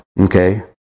okay